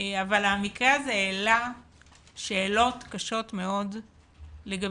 אבל המקרה הזה העלה שאלות קשות מאוד לגבי